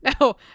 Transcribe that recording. No